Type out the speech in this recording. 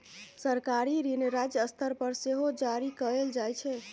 सरकारी ऋण राज्य स्तर पर सेहो जारी कएल जाइ छै